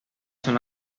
son